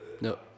No